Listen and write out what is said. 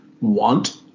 want